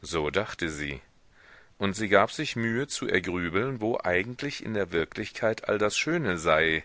so dachte sie und sie gab sich mühe zu ergrübeln wo eigentlich in der wirklichkeit all das schöne sei